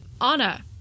Anna